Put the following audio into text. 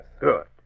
Good